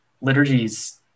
Liturgy's